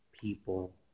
people